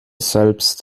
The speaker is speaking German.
selbst